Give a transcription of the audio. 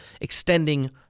extending